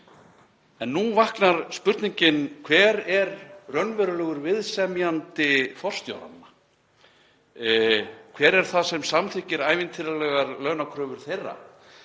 En nú vaknar spurningin: Hver er raunverulegur viðsemjandi forstjóranna? Hver er það sem samþykkir ævintýralegar launakröfur þeirra?